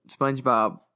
SpongeBob